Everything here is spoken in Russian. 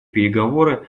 переговоры